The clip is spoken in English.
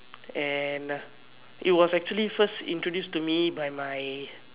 and it was actually first introduced to me by my